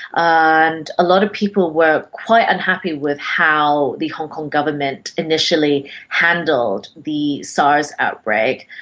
and a lot of people were quite unhappy with how the hong kong government initially handled the sars outbreak.